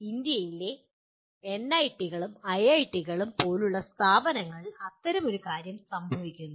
ഇന്ത്യയിലെ എൻഐടികളും ഐഐടികളും പോലുള്ള സ്ഥാപനങ്ങളിൽ അത്തരമൊരു കാര്യം സംഭവിക്കുന്നു